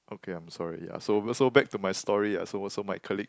okay I'm sorry yeah so so back to my story yeah so so my colleague